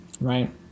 right